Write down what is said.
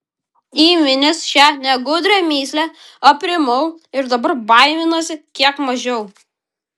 įminęs šią negudrią mįslę aprimau ir dabar baiminuosi kiek mažiau